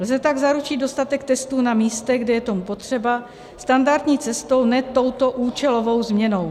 Lze tak zaručit dostatek testů na místech, kde je to potřeba, standardní cestou, ne touto účelovou změnou.